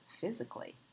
physically